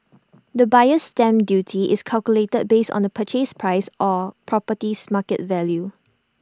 the buyer's stamp duty is calculated based on the purchase price or property's market value